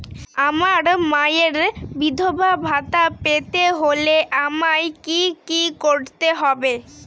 আমার মায়ের বিধবা ভাতা পেতে হলে আমায় কি কি করতে হবে?